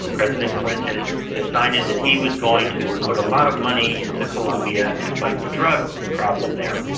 president clinton decided that he was going to put a lot of money into colombia to fight the drug problem there.